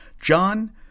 John